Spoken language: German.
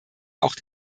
auch